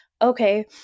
Okay